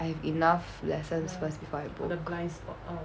I have enough lessons first before I book